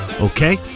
Okay